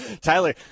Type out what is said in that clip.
Tyler